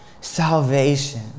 salvation